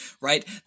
right